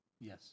Yes